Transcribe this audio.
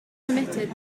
permitted